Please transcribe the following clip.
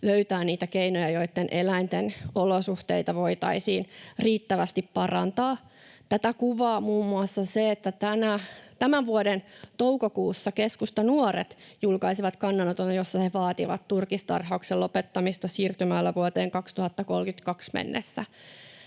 löytää niitä keinoja, jotta eläinten olosuhteita voitaisiin riittävästi parantaa. Tätä kuvaa muun muassa se, että tämän vuoden toukokuussa keskustanuoret julkaisivat kannanoton, jossa he vaativat turkistarhauksen lopettamista siirtymällä vuoteen 2032 mennessä